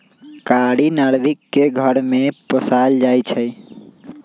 कारी नार्भिक के घर में पोशाल जाइ छइ